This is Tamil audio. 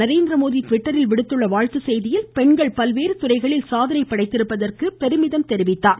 நரேந்திரமோடி இன்று ட்விட்டரில் விடுத்துள்ள வாழ்த்துச்செய்தியில் பெண்கள் பல்வேறு துறைகளில் சாதனை படைத்திருப்பதற்கு பெருமிதம் தெரிவித்தார்